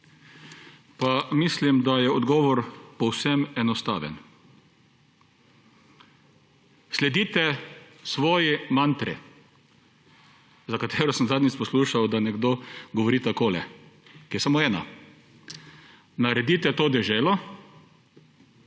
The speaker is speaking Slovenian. Pa mislim, da je odgovor povsem enostaven. Sledite svoji mantri, za katero sem zadnjič poslušal, da nekdo govori takole in je samo ena: Naredite to deželo